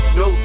no